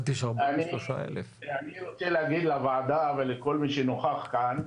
אני רוצה להגיד לוועדה ולכל מי שנוכח כאן,